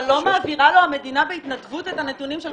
אבל לא מעבירה לו המדינה בהתנדבות את הנתונים.